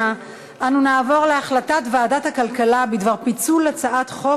נעבור להחלטת ועדת הכלכלה בדבר פיצול הצעת חוק